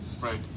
Right